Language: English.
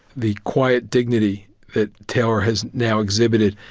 the quiet dignity that taylor has now exhibited,